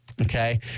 Okay